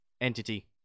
Entity